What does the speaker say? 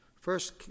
first